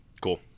Cool